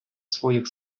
своїх